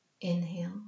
Inhale